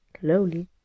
Slowly